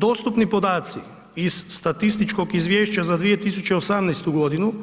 Dostupni podaci iz statističkog izvješća uza 2018. g.